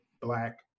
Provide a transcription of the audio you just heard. black